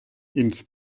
ins